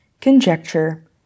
conjecture